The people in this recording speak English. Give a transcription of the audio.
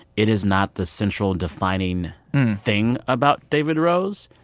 it is not the central, defining thing about david rose.